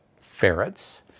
ferrets